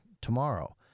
tomorrow